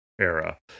era